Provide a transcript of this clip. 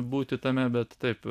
būti tame bet taip